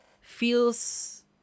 feels